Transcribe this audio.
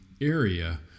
area